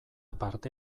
parte